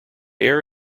air